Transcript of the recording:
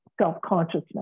self-consciousness